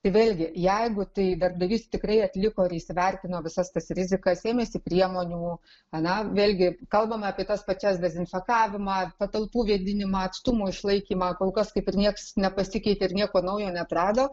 tai vėlgi jeigu tai darbdavys tikrai atliko ir įsivertino visas tas rizikas ėmėsi priemonių na vėlgi kalbame apie tas pačias dezinfekavimą patalpų vėdinimą atstumų išlaikymą kol kas kaip ir nieks nepasikeitė ir nieko naujo neatrado